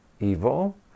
evil